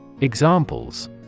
Examples